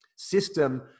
system